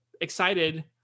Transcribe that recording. excited